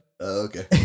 Okay